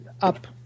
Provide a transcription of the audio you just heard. up